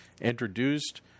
introduced